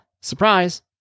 surprise